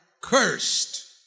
cursed